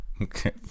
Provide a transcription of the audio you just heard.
Okay